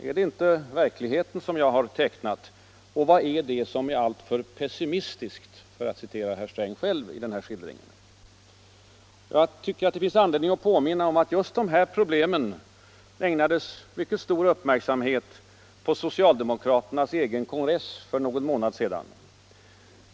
Är det inte verkligheten som jag har tecknat och vad är det som är alltför pessimistiskt, för att citera herr Sträng själv, i den här skildringen? Jag tycker att det finns anledning att påminna om att just dessa problem ägnades mycket stor uppmärksamhet på socialdemokraternas kongress för någon månad sedan.